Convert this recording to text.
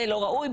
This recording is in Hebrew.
זה לא ראוי,